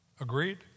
Agreed